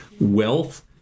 Wealth